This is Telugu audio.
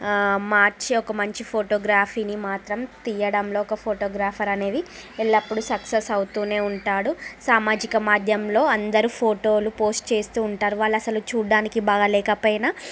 మార్చి ఒక మంచి ఫోటోగ్రాఫీని మాత్రం తీయడంలో ఒక ఫోటోగ్రాఫర్ అనేది ఎల్లప్పుడు సక్సెస్ అవుతూ ఉంటాడు సామాజిక మాధ్యమంలో అందరు ఫోటోలు పోస్ట్ చేస్తు ఉంటారు వాళ్ళు అసలు చూడడానికి బాగాలేకపోయిన